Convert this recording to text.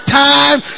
time